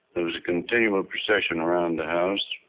there was a continual procession around the house